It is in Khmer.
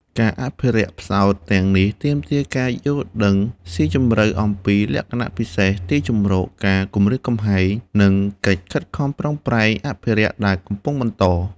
ការអភិរក្សផ្សោតទាំងនេះទាមទារការយល់ដឹងស៊ីជម្រៅអំពីលក្ខណៈពិសេស ទីជម្រក ការគំរាមកំហែង និងកិច្ចខិតខំប្រឹងប្រែងអភិរក្សដែលកំពុងបន្ត។